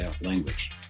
language